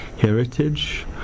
heritage